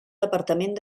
departament